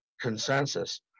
consensus